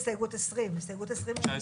הסתייגות 10. בסעיף